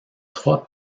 trois